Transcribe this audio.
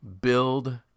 build